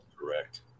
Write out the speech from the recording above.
correct